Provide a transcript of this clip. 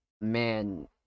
man